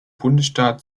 bundesstaat